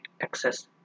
access